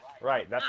Right